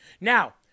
Now